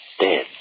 dead